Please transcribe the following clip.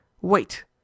wait